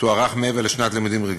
תוארך מעבר לשנת לימודים רגילה.